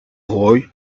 boy